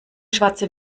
schwarze